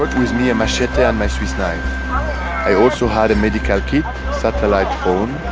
with with me a machete and my swiss knife i also had a medical kit satellite phone,